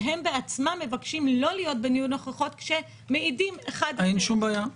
והם בעצמם מבקשים לא להיות בדיון הוכחות כשמעידים --- אין שום בעיה.